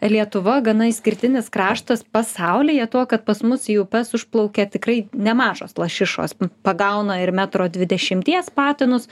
lietuva gana išskirtinis kraštas pasaulyje tuo kad pas mus į upes užplaukia tikrai nemažos lašišos pagauna ir metro dvidešimties patinus